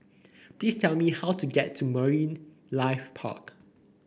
please tell me how to get to Marine Life Park